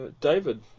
David